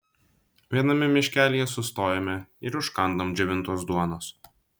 viename miškelyje sustojome ir užkandom džiovintos duonos